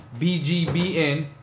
BGBN